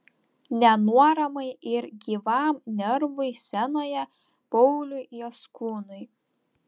nenuoramai ir gyvam nervui scenoje pauliui jaskūnui